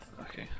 Okay